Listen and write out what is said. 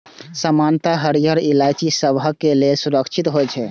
सामान्यतः हरियर इलायची सबहक लेल सुरक्षित होइ छै